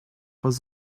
was